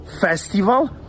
festival